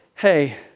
Hey